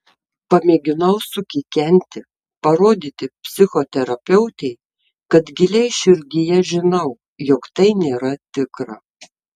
pamėginau sukikenti parodyti psichoterapeutei kad giliai širdyje žinau jog tai nėra tikra